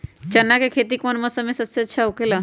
चाना के खेती कौन मौसम में सबसे अच्छा होखेला?